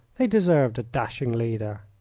they deserved a dashing leader.